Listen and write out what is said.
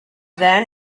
then